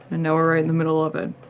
and now we're right in the middle of it.